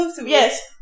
yes